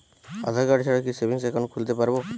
আধারকার্ড ছাড়া কি savings account খুলতে পারব?